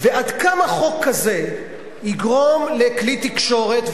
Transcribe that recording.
ועד כמה חוק כזה יגרום לכלי תקשורת,